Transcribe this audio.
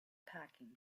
packing